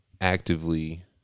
actively